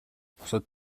бусад